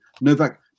Novak